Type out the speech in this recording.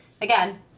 again